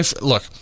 Look –